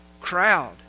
crowd